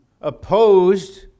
Opposed